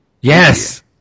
Yes